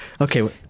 Okay